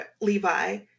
Levi